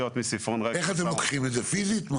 איך אתם לוקחים את זה, פיסית?